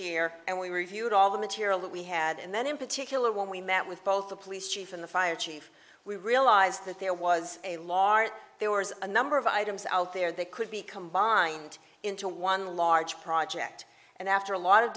year and we reviewed all the material that we had and then in particular when we met with both the police chief and the fire chief we realized that there was a law are there were a number of items out there that could be combined into one large project and after a lot of